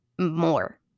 more